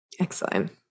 Excellent